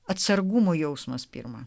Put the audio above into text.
atsargumo jausmas pirma